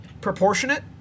proportionate